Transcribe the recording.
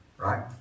Right